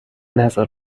نزار